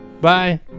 Bye